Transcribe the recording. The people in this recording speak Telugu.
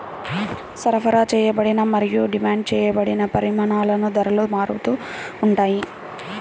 సరఫరా చేయబడిన మరియు డిమాండ్ చేయబడిన పరిమాణాలు ధరతో మారుతూ ఉంటాయి